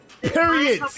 Period